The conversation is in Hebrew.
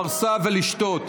אתה יכול לצאת לפרסה ולשתות.